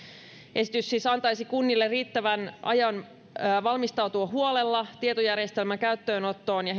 esitys siis antaisi kunnille riittävän ajan valmistautua huolella tietojärjestelmän käyttöönottoon ja